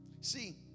See